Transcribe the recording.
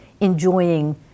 enjoying